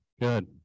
Good